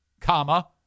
comma